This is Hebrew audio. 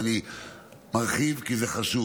אני מרחיב כי זה חשוב.